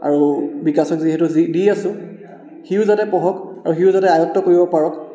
আৰু বিকাশক যিহেতু দি আছোঁ সিও যাতে পঢ়ক সিও যাতে আয়ত্ত কৰিব পাৰক